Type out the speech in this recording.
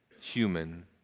human